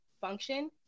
function